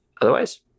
Otherwise